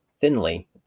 thinly